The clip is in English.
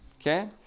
Okay